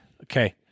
Okay